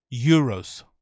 euros